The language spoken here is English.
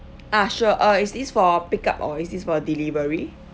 ah sure uh is this for a pick up or is this for a delivery